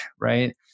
right